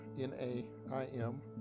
N-A-I-M